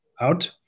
out